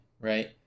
right